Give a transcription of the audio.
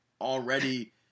already